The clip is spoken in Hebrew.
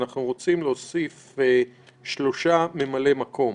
ואנחנו רוצים להוסיף שלושה ממלאי מקום: